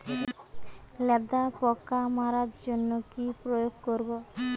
লেদা পোকা মারার জন্য কি প্রয়োগ করব?